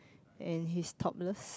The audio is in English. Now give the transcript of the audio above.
and he's topless